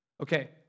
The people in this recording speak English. Okay